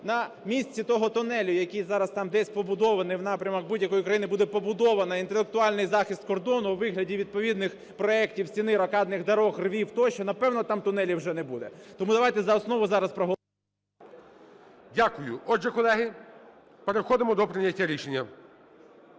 на місці того тунелю, який зараз там десь побудований в напрямах будь-якої країни, буде побудований інтелектуальний захист кордону у вигляді відповідних проектів: стіни, рокадних доріг, ровів тощо. Напевно, там тунелів вже не буде. Тому давайте за основу зараз проголосуємо. ГОЛОВУЮЧИЙ. Дякую. Отже, колеги, переходимо до прийняття рішення.